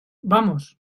vamos